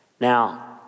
Now